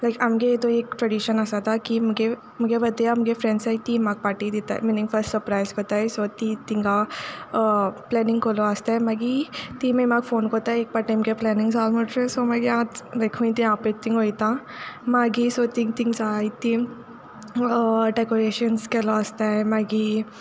लायक आमगे इतूं एक ट्रे़डिशन आसोता की मुगे मुगे बड्डेआक मुगे फ्रेंड्स आहाय तीं म्हाक पार्टी दिताय मिनींग फर्स्ट सर्परायज कोताय सो तीं तिंगा प्लेनींग कोलो आसताय मागी तीं मागी म्हाक फोन कोताय एक पाट तेंगे प्लेनींग जाल मुटरी सो मागीर हांव लायक हूय तीं आपोयताय तींग वोयतां मागीर सो तींग तींग जायतीं डेकोरेशन्स केलो आसताय मागी